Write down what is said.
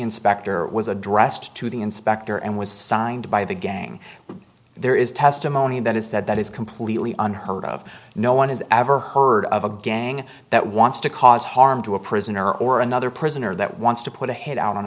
inspector was addressed to the inspector and was signed by the gang there is testimony that is said that is completely unheard of no one has ever heard of a gang that wants to cause harm to a prisoner or another prisoner that wants to put a hit out on